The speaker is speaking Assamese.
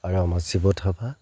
আৰু আমাৰ শিৱ থাপা